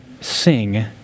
sing